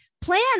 plan